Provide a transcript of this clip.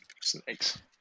Snakes